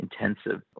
intensive